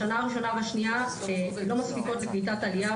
השנה הראשונה והשנייה לא מספיקות לקליטת עלייה,